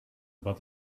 about